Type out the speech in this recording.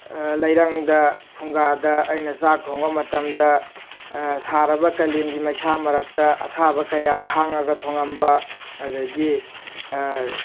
ꯂꯩꯔꯪꯗ ꯐꯨꯡꯒꯥꯗ ꯑꯩꯅ ꯆꯥꯛ ꯊꯣꯡꯕ ꯃꯇꯝꯗ ꯁꯥꯔꯕ ꯀꯥꯂꯦꯟꯒꯤ ꯃꯩꯁꯥ ꯃꯔꯛꯇ ꯑꯁꯥꯕ ꯀꯌꯥ ꯈꯥꯡꯉꯒ ꯊꯣꯡꯉꯝꯕ ꯑꯗꯨꯗꯒꯤ